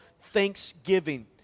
thanksgiving